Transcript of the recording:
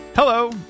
Hello